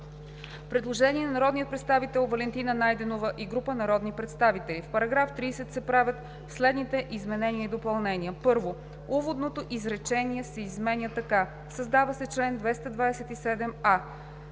предложение на народния представител Валентина Найденова и група народни представители: „В § 30 се правят следните изменения и допълнения: 1. Уводното изречение се изменя така: „Създава се чл. 227а“.